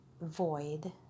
void